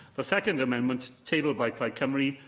the second amendment, tabled by plaid cymru,